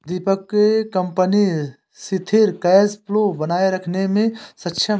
दीपक के कंपनी सिथिर cash flow बनाए रखने मे सक्षम है